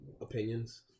opinions